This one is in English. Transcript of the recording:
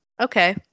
Okay